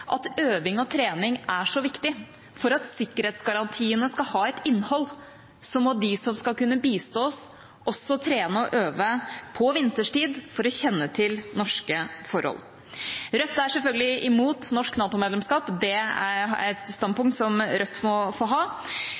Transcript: at øving og trening er så viktig. For at sikkerhetsgarantiene skal ha et innhold, må de som skal kunne bistå oss, også trene og øve på vinterstid for å kjenne til norske forhold. Rødt er selvfølgelig imot norsk NATO-medlemskap. Det er et standpunkt som Rødt må få ha.